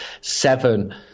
seven